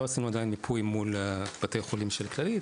עדיין לא עשינו מיפוי מול בתי החולים של כללית,